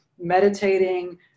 meditating